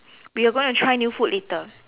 we are going to try new food later